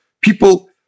People